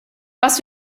was